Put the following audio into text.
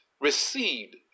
received